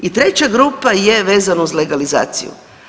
I treća grupa je vezano uz legalizaciju.